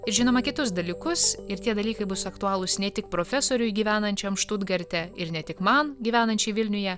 žinoma kitus dalykus ir tie dalykai bus aktualūs ne tik profesoriui gyvenančiam štutgarte ir ne tik man gyvenančiai vilniuje